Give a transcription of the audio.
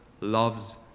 loves